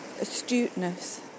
astuteness